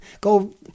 Go